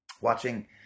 watching